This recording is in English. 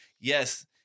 Yes